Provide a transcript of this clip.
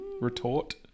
retort